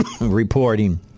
reporting